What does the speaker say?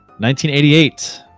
1988